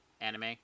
Anime